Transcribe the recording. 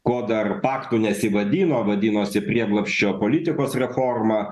ko dar paktu nesivadino vadinosi prieglobsčio politikos reforma